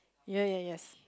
ya ya yes